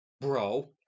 bro